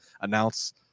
announce